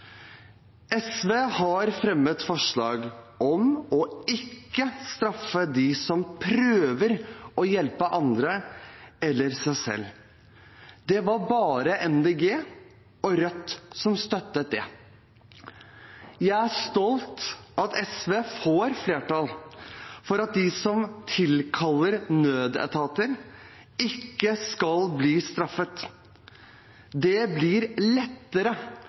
SV har fremmet forslag om ikke å straffe de som prøver å hjelpe andre eller seg selv. Det var bare Miljøpartiet De Grønne og Rødt som støttet det. Jeg er stolt av at SV får flertall for at de som tilkaller nødetater, ikke skal bli straffet. Det blir lettere